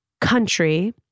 country